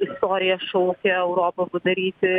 istorija šaukia europą padaryti